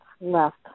left